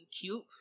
cute